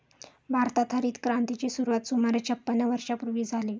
भारतात हरितक्रांतीची सुरुवात सुमारे छपन्न वर्षांपूर्वी झाली